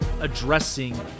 addressing